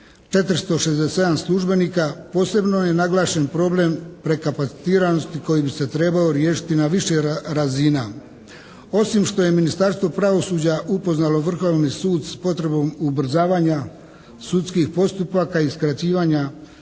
467 službenika. Posebno je naglašen problem prekapacitiranosti koji bi se trebao riješiti na više razina. Osim što je Ministarstvo pravosuđa upoznalo Vrhovni sud sa potrebom ubrzavanja sudskih postupaka i skraćivanja